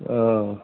ओ